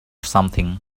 something